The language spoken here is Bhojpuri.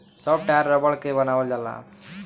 सब टायर रबड़ के बनावल जाला